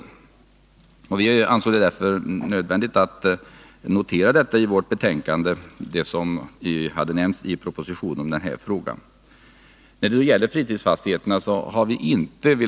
Utskottet menar att staten har rätt att avveckla även fritidsfastigheterna.